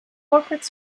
corporate